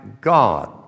God